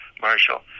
Marshall